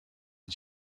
and